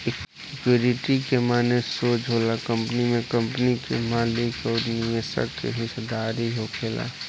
equity के माने सोज होला कंपनी में कंपनी के मालिक अउर निवेशक के हिस्सेदारी होखल